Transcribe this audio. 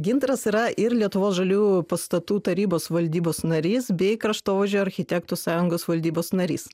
gintaras yra ir lietuvos žaliųjų pastatų tarybos valdybos narys bei kraštovaizdžio architektų sąjungos valdybos narys